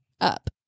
up